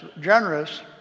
generous